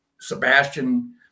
Sebastian